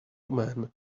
man